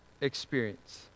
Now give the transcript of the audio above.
experience